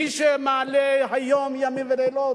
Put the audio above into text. מי שמעלה היום, ימים ולילות,